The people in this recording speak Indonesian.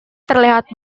terlihat